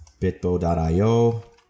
bitbo.io